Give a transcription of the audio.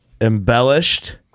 embellished